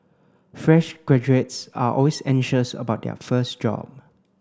fresh graduates are always anxious about their first job